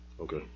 Okay